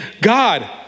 God